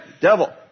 devil